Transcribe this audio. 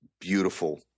beautiful